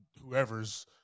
whoever's